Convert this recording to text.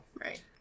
Right